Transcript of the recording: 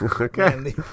okay